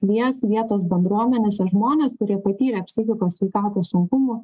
kvies vietos bendruomenėse žmonės kurie patyrė psichikos sveikatos sunkumų